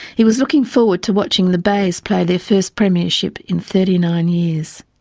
he was looking forward to watching the bays play their first premiership in thirty nine years.